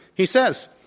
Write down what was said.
he says,